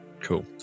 Cool